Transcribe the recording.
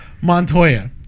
Montoya